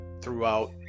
throughout